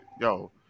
Yo